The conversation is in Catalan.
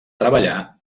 treballar